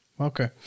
Okay